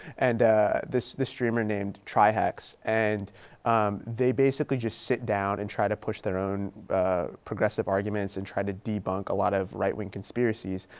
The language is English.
and this this streamer named trihex. and they basically just sit down and try to push their own progressive arguments and try to debunk a lot of right-wing conspiracies.